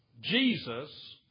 Jesus